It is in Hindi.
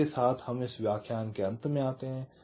तो इसके साथ हम इस व्याख्यान के अंत में आते हैं